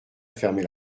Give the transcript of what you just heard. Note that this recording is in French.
fermer